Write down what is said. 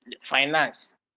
finance